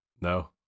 no